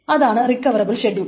അതാണ് recoverable schedule